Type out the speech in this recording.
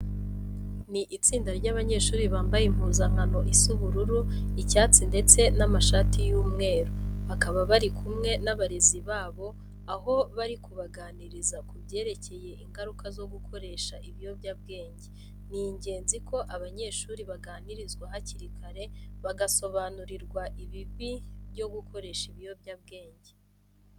Ni itsinda ry'abanyeshuri bambaye impuzankano isa ubururu, icyatsi ndetse n'amashati y'umweru. Bakaba bari kumwe n'abarezi babo aho bari kubaganiriza ku byerekeye ingaruka zo gukoresha ibiyobyabwenge. Ni ingenzi ko abanyeshuri baganirizwa hakiri kare, bagasobanurirwa ibibi byo gukoresha ibiyobyabwenge.